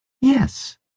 Yes